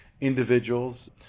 individuals